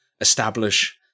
establish